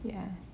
ya